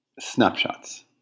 snapshots